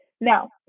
Now